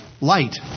light